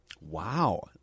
Wow